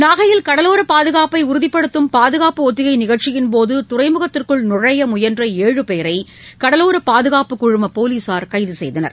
நாகையில் கடலோர பாதுகாப்பை உறுதிப்படுத்தும் பாதுகாப்பு ஒத்திகை நிகழ்ச்சியின்போது துறைமுகத்திற்குள் நுழைய முயன்ற ஏழு பேரை கடலோர பாதுகாப்புக்குழும் போலீசார் கைது செய்தனர்